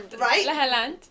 right